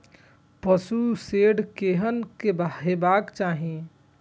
पशु शेड केहन हेबाक चाही?